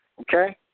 Okay